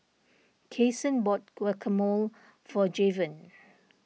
Kasen bought Guacamole for Javon